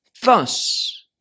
thus